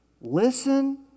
Listen